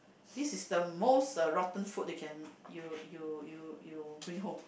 this is the most uh rotten food they can you you you you bring home